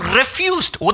refused